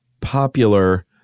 popular